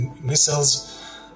missiles